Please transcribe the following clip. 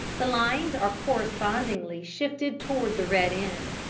the lines are correspondingly shifted toward the red end.